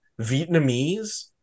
Vietnamese